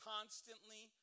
Constantly